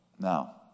Now